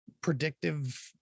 predictive